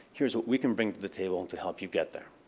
here's what we can bring to the table to help you get there.